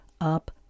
up